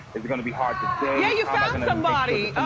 is it gonna be hard to date? you found somebody.